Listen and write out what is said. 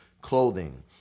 clothing